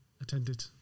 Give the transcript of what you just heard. attended